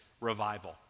revival